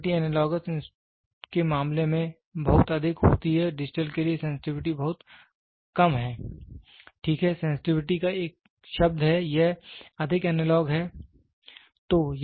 sensitivity analogous के मामले में बहुत अधिक होती है डिजिटल के लिए सेंसटिविटी बहुत कम है ठीक है सेंसटिविटी एक शब्द है यह अधिक एनालॉग है